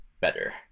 better